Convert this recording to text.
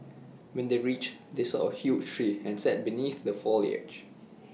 when they reached they saw A huge tree and sat beneath the foliage